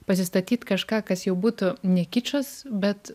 pasistatyt kažką kas jau būtų ne kičas bet